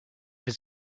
his